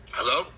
Hello